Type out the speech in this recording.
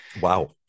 Wow